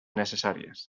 necessàries